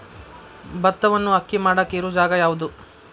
ಭತ್ತವನ್ನು ಅಕ್ಕಿ ಮಾಡಾಕ ಇರು ಜಾಗ ಯಾವುದು?